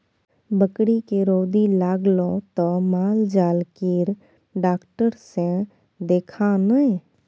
बकरीके रौदी लागलौ त माल जाल केर डाक्टर सँ देखा ने